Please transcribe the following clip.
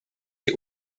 die